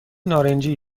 نارنجی